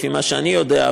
לפי מה שאני יודע,